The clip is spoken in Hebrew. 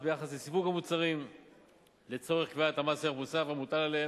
ביחס לסיווג המוצרים לצורך קביעת מס הערך המוסף המוטל עליהם,